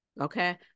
Okay